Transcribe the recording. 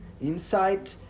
inside